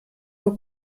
nur